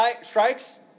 strikes